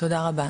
תודה רבה.